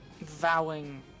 vowing